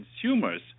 consumers